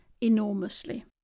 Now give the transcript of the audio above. enormously